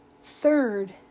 Third